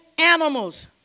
animals